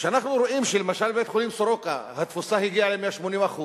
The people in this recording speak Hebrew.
וכשאנחנו רואים שלמשל בית-חולים "סורוקה" התפוסה בו הגיעה ל-180%,